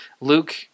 Luke